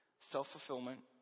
self-fulfillment